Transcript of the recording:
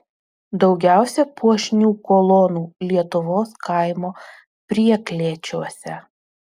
daugiausia puošnių kolonų lietuvos kaimo prieklėčiuose